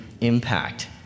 impact